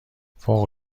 فوق